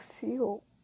feel